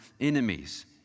enemies